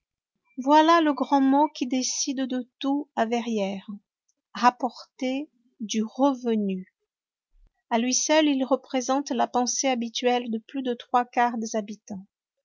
voilà le grand mot qui décide de tout à verrières rapporter du revenu a lui seul il représente la pensée habituelle de plus des trois quarts des habitants